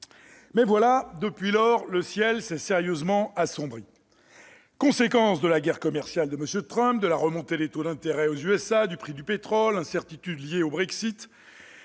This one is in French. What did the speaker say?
Mais voilà, depuis lors, le ciel s'est sérieusement assombri. Conséquences de la guerre commerciale de M. Trump, de la remontée des taux d'intérêt aux États-Unis et du prix du pétrole, des incertitudes liées au Brexit